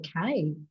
okay